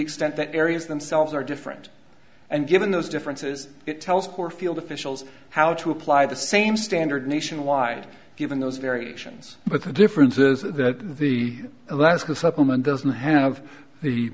extent that areas themselves are different and given those differences it tells corfield officials how to apply the same standard nationwide given those variations but the difference is that the alaska supplement doesn't have the